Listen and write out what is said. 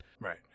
Right